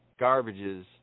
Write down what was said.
garbages